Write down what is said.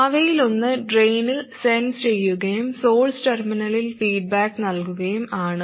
അവയിലൊന്ന് ഡ്രെയിനിൽ സെൻസ് ചെയ്യുകയും സോഴ്സ് ടെർമിനലിൽ ഫീഡ്ബാക്ക് നൽകുകയും ആണ്